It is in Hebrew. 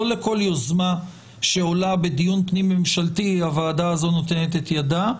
לא לכל יוזמה שעולה בדיון פנים ממשלתי הוועדה הזאת נותנת את ידה.